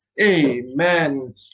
amen